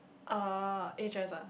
uh eight dress ah